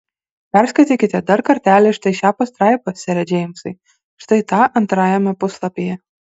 perskaitykite dar kartelį štai šią pastraipą sere džeimsai štai tą antrajame puslapyje